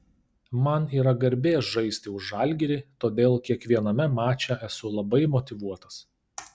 man yra garbė žaisti už žalgirį todėl kiekviename mače esu labai motyvuotas